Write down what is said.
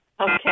Okay